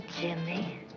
Jimmy